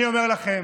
אני אומר לכם